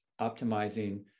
optimizing